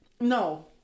no